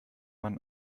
man